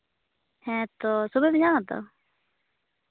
ᱦᱮᱸᱛᱚ ᱛᱚᱵᱮᱢ ᱧᱟᱢ ᱟᱛᱚ